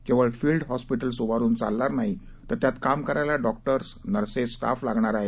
केवळ field hospitals उभारून चालणार नाही तर त्यात काम करायला डॉक्टर्स नर्सेस स्टाफ लागणार आहे